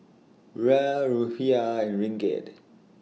Riyal Rufiyaa and Ringgit